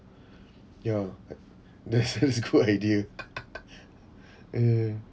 ya that's that's good idea ya